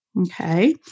Okay